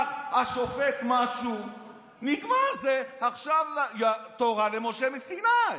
השופט אמר משהו, נגמר, זה עכשיו תורה למשה מסיני.